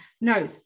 no